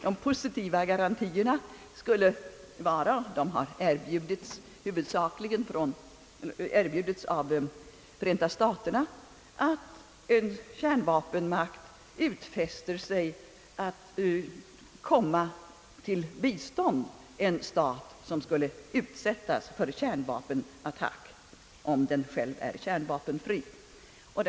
De positiva garantierna — de har erbjudits huvudsakligen av För enta staterna — skulle innebära, att en kärnvapenmakt utfäster sig att komma en stat till bistånd, som utsättes för kärnvapenattack och som själv är kärnvapenfri.